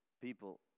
people